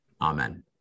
Amen